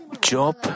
Job